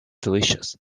delicious